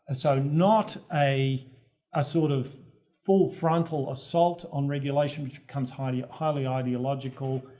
ah so not a ah sort of full-frontal assault on regulation, which becomes highly, highly ideological.